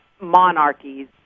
monarchies